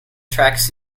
tracks